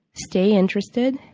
stay interested,